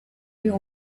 you